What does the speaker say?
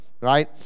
right